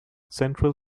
central